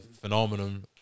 phenomenon